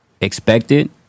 expected